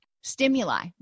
stimuli